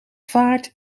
vaart